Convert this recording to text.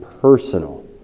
personal